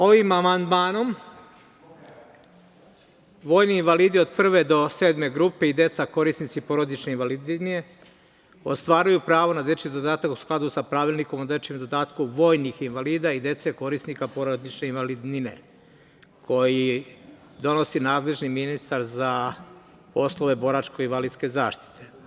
Ovim amandmanom vojni invalidi od prve do sedme grupe i deca korisnici porodične invalidnine, ostvaruju pravo na dečiji dodatak, u skladu sa Pravilnikom o dečijem dodatku vojnih invalida i dece korisnika porodičnih invalidnina, koji donosi nadležni ministar za poslove boračke-invalidske zaštite.